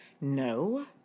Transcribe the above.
no